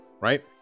right